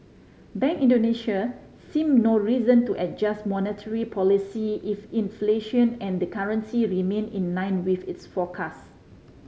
Bank Indonesia seem no reason to adjust monetary policy if inflation and the currency remain in line with its forecast